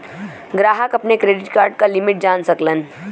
ग्राहक अपने credit card क लिमिट जान सकलन